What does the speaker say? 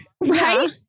Right